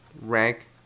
rank –